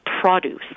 Produce